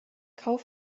kauf